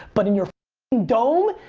but in your dome,